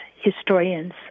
historians